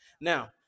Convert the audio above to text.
now